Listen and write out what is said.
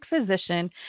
physician